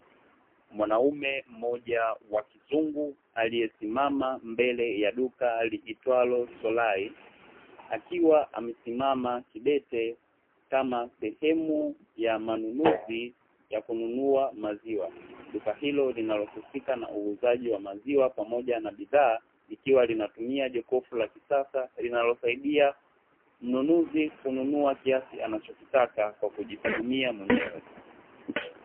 Mwanaume mmoja wa kizungu aliyesimama mbele ya duka liitwalo "SOLAI", akiwa amesimama kidete kama sehemu ya manunuzi ya kununua maziwa, duka hilo linalohusika na uuzaji wa maziwa pamoja na bidhaa, likiwa linatumia jokofu la kisasa linalosaidia mnunuzi kununua kiasi anachokitaka kwa kujihudumia mwenyewe.